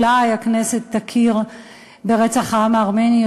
אולי הכנסת תכיר ברצח העם הארמני.